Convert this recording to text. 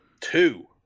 two